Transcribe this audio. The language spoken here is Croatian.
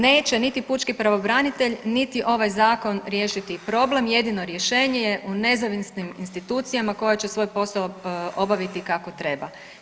Neće niti pučki pravobranitelj niti ovaj zakon riješiti problem, jedino rješenje je u nezavisnim institucijama koje će svoj posao obaviti kako treba.